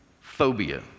Phobia